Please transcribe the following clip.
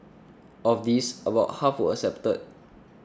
of these about half were accepted